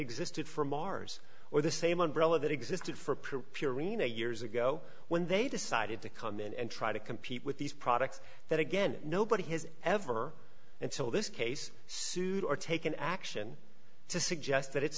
existed for mars or the same umbrella that existed for purina years ago when they decided to come in and try to compete with these products that again nobody has ever until this case sued or taken action to suggest that it's